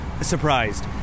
surprised